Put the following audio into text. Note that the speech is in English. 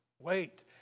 wait